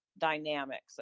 Dynamics